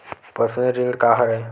Personal ऋण का हरय?